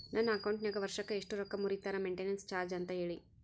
ನನ್ನ ಅಕೌಂಟಿನಾಗ ವರ್ಷಕ್ಕ ಎಷ್ಟು ರೊಕ್ಕ ಮುರಿತಾರ ಮೆಂಟೇನೆನ್ಸ್ ಚಾರ್ಜ್ ಅಂತ ಹೇಳಿ?